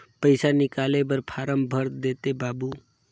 पइसा निकाले बर फारम भर देते बाबु?